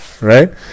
right